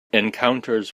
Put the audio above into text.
encounters